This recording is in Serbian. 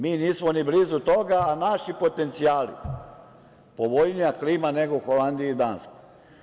Mi nismo ni blizu toga, a naši potencijali, povoljnija klima nego u Holandiji i Danskoj.